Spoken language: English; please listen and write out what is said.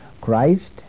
Christ